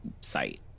site